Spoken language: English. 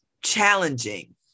challenging